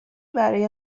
برای